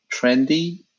trendy